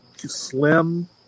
Slim